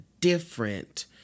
different